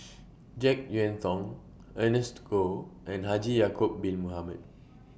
Jek Yeun Thong Ernest Goh and Haji Ya'Acob Bin Mohamed